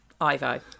Ivo